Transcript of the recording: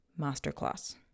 masterclass